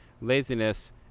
laziness